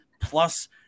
plus